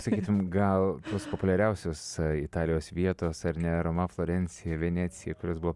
sakykim gal tos populiariausios italijos vietos ar ne roma florencija venecija kurios buvo